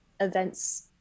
events